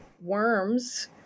worms